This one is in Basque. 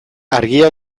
argia